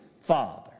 father